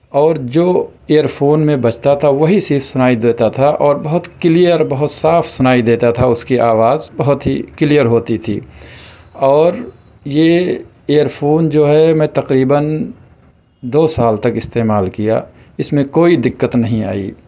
اور جو earphone میں بجتا تھا وہی صرف سُنائی دیتا تھا اور بہت کلیئر بہت صاف سُنائی دیتا تھا اُس کی آواز بہت ہی کلیئر ہوتی تھی اور یہ ایئر فون جو ہے میں تقریبًا دو سال تک استعمال کیا اِس میں کوئی دقت نہیں آئی